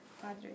Padre